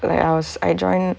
like ours I join